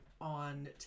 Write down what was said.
On